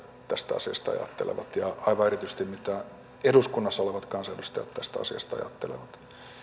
tästä asiasta ajattelevat ja aivan erityisesti mitä eduskunnassa olevat kansanedustajat tästä asiasta ajattelevat